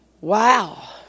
Wow